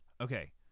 Okay